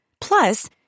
Plus